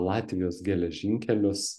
latvijos geležinkelius